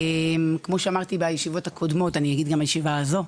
כמו שאמרתי בישיבות הקודמות אני אגיד גם בישיבה הזו,